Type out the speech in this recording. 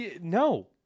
no